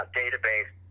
database